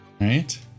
Right